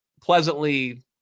pleasantly